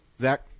zach